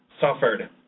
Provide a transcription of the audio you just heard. suffered